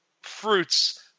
fruits